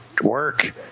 work